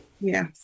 Yes